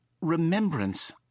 remembrance